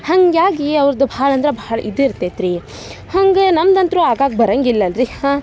ಹಂಗಾಗಿ ಅವ್ರದ್ದು ಭಾಳ ಅಂದ್ರೆ ಭಾಳ ಇದಿರ್ತೈತೆ ರಿ ಹಾಗೆ ನಮ್ದಂತೂ ಆಗಾಗ ಬರಂಗಿಲ್ಲಲ್ಲ ರಿ ಹಾಂ